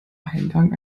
eingang